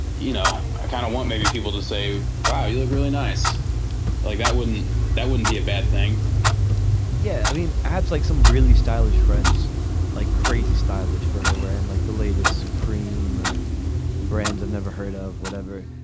you know, i kind of want maybe people to say, wow, you look really nice like that. wouldn't that wouldn't be a bad thing yeah. i mean, ads like some really stylish friends like crazy stylish where they were and like the latest supreme or brands i've never heard of. whatever.